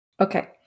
Okay